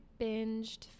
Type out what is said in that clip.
binged